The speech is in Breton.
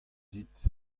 dit